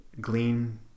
glean